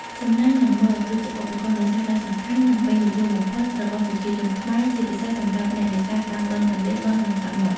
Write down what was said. សំណាញ់ និង មង គឺជាឧបករណ៍នេសាទដ៏សំខាន់ និងពេញនិយមបំផុតរបស់ប្រជាជនខ្មែរ ជាពិសេសសម្រាប់អ្នកនេសាទតាមដងទន្លេ បឹង និងសមុទ្រ។